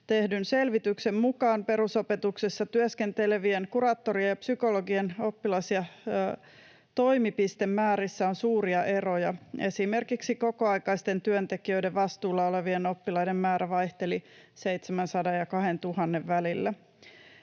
tehdyn selvityksen mukaan perusopetuksessa työskentelevien kuraattorien ja psykologien oppilas‑ ja toimipistemäärissä on suuria eroja. Esimerkiksi kokoaikaisten työntekijöiden vastuulla olevien oppilaiden määrä vaihteli 700:n ja 2 000:n välillä.